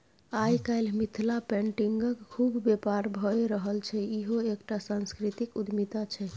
आय काल्हि मिथिला पेटिंगक खुब बेपार भए रहल छै इहो एकटा सांस्कृतिक उद्यमिता छै